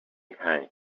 behind